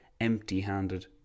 empty-handed